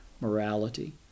morality